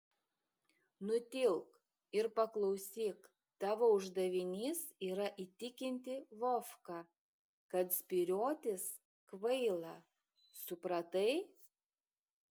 nutilk ir paklausyk tavo uždavinys yra įtikinti vovką kad spyriotis kvaila supratai